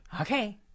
Okay